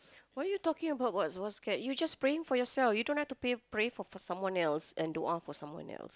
what are you talking about what what scared you just praying for yourself you don't have to pay pray for someone else and do what for someone else